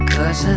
Cause